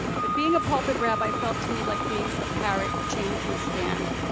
but being a pulpit rabbi felt to me like being a parrot chained to a stand.